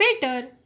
better